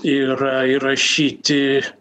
yra įrašyti